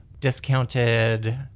discounted